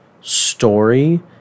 story